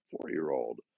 four-year-old